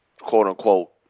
quote-unquote